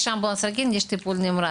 יש אמבולנסים רגילים ויש טיפול נמרץ.